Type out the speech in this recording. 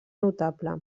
notable